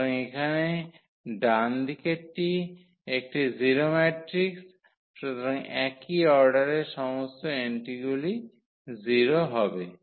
সুতরাং এখানে ডানদিকেরটি একটি 0 ম্যাট্রিক্স সুতরাং একই অর্ডারের সমস্ত এন্ট্রিগুলি 0 হবে